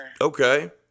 Okay